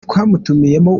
twamutumiyemo